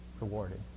rewarded